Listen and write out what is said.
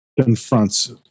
confronts